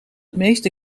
meeste